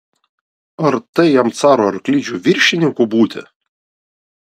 ar tai jam caro arklidžių viršininku būti